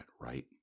right